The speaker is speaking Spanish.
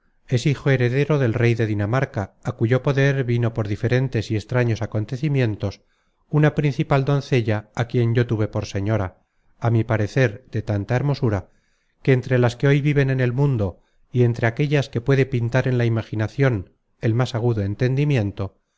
es hijo heredero del rey de dinamarca á cuyo poder vino por diferentes y extraños acontecimientos una principal doncella á quien yo tuve por señora á mi parecer de tanta hermosura que entre las que hoy viven en el mundo y entre aquellas que puede pintar en la imaginacion el más agudo entendimiento